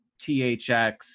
THX